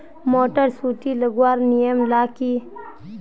Motor सुटी लगवार नियम ला की?